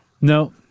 No